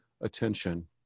attention